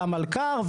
על המלכ"ר,